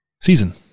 season